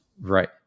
Right